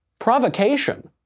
provocation